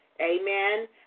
Amen